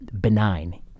benign